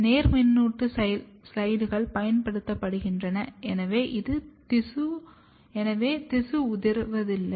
எனவே நேர்மின்னுட்ட ஸ்லைடுகள் பயன்படுத்தப்படுகின்றன எனவே திசு உதிர்வதில்லை